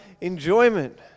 enjoyment